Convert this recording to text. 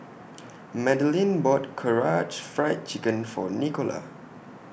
Madilyn bought Karaage Fried Chicken For Nicola